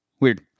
Weird